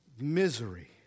Misery